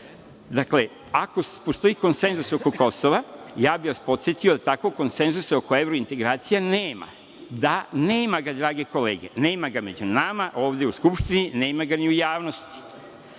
svejedno, ako postoji konsenzus oko Kosova, ja bih vas podsetio da takvog konsenzusa oko evropskih integracija nema. Da, nema ga drage kolege, nema ga među nama ovde u Skupštini, a nema ga ni u javnosti. Ja